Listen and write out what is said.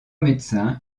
médecin